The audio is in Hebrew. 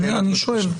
אני שואל.